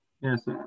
Yes